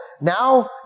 now